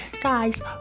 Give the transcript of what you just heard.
guys